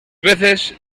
veces